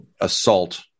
assault